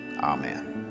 amen